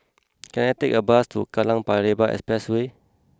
can I take a bus to Kallang Paya Lebar Expressway